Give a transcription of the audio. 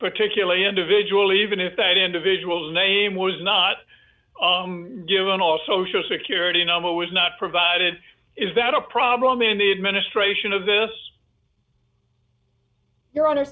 particularly individual even if that individual's name was not given all social security number was not provided is that a problem in the administration of this your hon